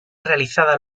realizada